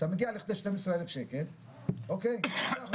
אתה מגיע לכדי 12,000 שקל --- אבל נכון,